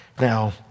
Now